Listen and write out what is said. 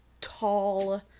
tall